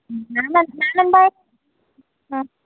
ഞാൻ ഞാൻ എന്താണ്